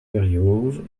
berrios